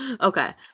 Okay